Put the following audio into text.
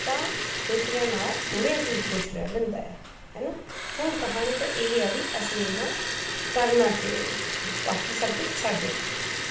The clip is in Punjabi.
ਤਾਂ ਖੁਸ਼ ਰਹਿਣ ਵਾਲਾ ਥੋੜ੍ਹਿਆਂ 'ਚ ਵੀ ਖੁਸ਼ ਰਹਿ ਲੈਂਦਾ ਆ ਹੈ ਨਾ ਹੁਣ ਕਹਾਣੀ ਤਾਂ ਇਹ ਹੈ ਵੀ ਅਸੀਂ ਓਨਾ ਕਰਨਾ ਕਿਵੇਂ ਆ ਬਾਕੀ ਸਭ ਕੁਝ ਸਾਡੇ ਹੱਥ ਆ